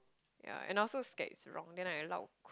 yeah and I also scared it's wrong then I lao kui